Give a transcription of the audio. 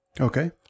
Okay